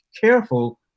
careful